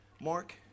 Mark